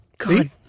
See